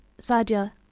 Sadia